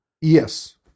Yes